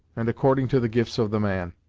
and according to the gifts of the man.